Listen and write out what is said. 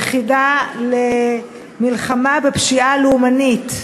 יחידה למלחמה בפשיעה לאומנית,